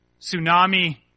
tsunami